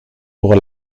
pour